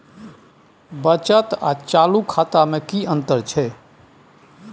बचत आर चालू खाता में कि अतंर छै?